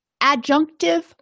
Adjunctive